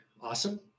Awesome